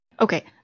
Okay